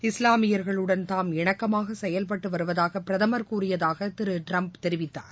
இஸ்லாமியர்களுடன் தாம் இணக்கமாக செயல்பட்டு வருவதாக பிரதமர் கூறியதாக திரு டிரம்ப் தெரிவித்தார்